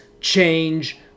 change